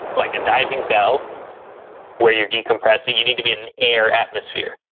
like a diving bell where you're decompressing. you need to be in air atmosphere.